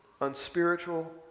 unspiritual